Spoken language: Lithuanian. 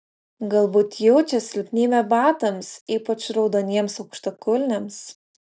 galbūt jaučia silpnybę batams ypač raudoniems aukštakulniams